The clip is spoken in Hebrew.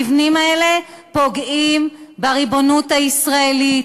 המבנים האלה פוגעים בריבונות הישראלית,